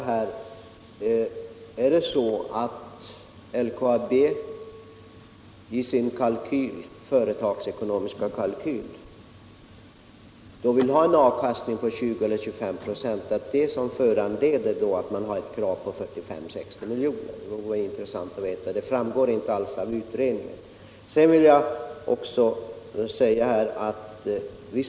Har LKAB i sin företagsekonomiska kalkyl räknat med en avkastning på 20 eller 25 96, och är det detta som föranleder ett krav på 45-60 milj.kr.? Det vore intressant att veta, eftersom det inte alls framgår av utredningen.